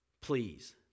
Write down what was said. please